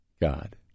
God